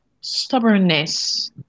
stubbornness